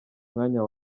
mwanya